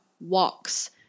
walks